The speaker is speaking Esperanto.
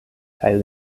kaj